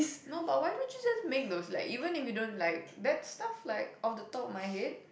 no but why don't you just make those like even if you don't like that stuff like off the top of my head